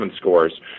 scores